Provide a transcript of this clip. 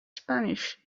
spanish